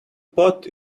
pot